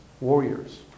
warriors